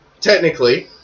technically